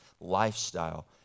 lifestyle